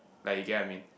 like you get what I mean